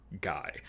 guy